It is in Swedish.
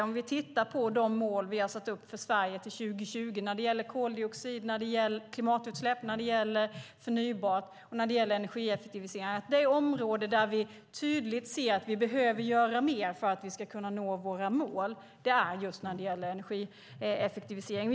Om vi tittar på de mål som har satts upp för Sverige till 2020 när det gäller koldioxid, klimatutsläpp, förnybart och energieffektivisering framgår det tydligt att det område där mer behöver göras för att nå målen är energieffektivisering.